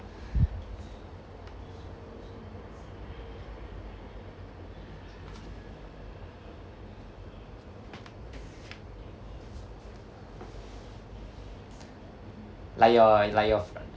like your like your